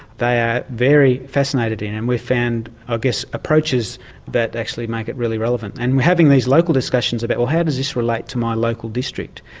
they are very fascinating, and we've found i guess, approaches that actually make it really relevant, and having these local discussions about well how does this relate to my local district.